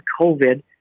COVID